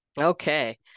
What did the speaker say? Okay